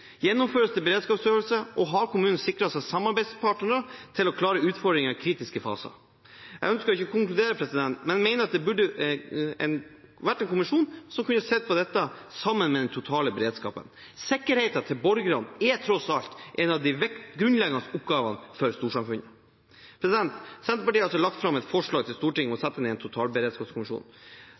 Gjennomføres det beredskapsøvelser? Har kommunene sikret seg samarbeidspartnere til å klare utfordringer i kritiske faser? Jeg ønsker ikke å konkludere, men mener at det burde vært en kommisjon som kunne sett på dette sammen med den totale beredskapen. Sikkerheten til borgerne er tross alt en av de grunnleggende oppgavene for storsamfunnet. Senterpartiet har lagt fram et forslag til Stortinget om å sette ned en totalberedskapskommisjon.